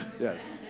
Yes